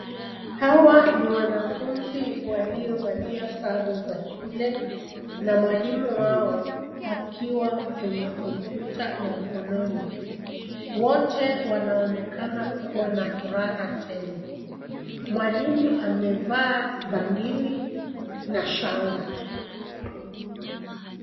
Hawa ni wanafunzi walio valia sare za shule na mwalimu wao akiwa kwenye kompyuta ya mkononi. Wote wanaonekana kuwa na furaha tele. Mwalimu amevaa bangili na shanga.